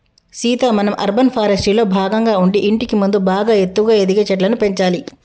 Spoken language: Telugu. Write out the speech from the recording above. సీత మనం అర్బన్ ఫారెస్ట్రీలో భాగంగా ఉండి ఇంటికి ముందు బాగా ఎత్తుగా ఎదిగే చెట్లను పెంచాలి